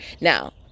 Now